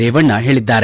ರೇವಣ್ಣ ಹೇಳಿದ್ದಾರೆ